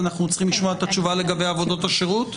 אנחנו צריכים לשמוע את התשובה לגבי עבודות השירות.